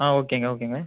ஆ ஓகேங்க ஓகேங்க